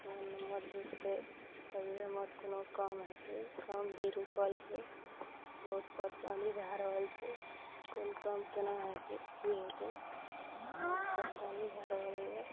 mobile number जुटतै तभिये हमर कोनो काम हेतै काम भी रुकल छै बहुत परेशानी भए रहल छै कोन काम केना हेतै की हेतै बहुत परेशानी भए रहल यऽ